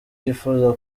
yifuza